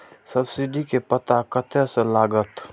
Subsidy के पता कतय से लागत?